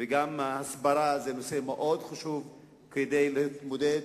וגם הסברה, זה נושא מאוד חשוב כדי להתמודד